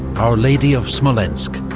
our lady of smolensk,